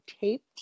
taped